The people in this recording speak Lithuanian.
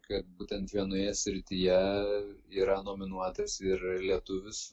kad būtent vienoje srityje yra nominuotas ir lietuvis